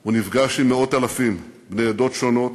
הוא נפגש עם מאות אלפים, בני עדות שונות,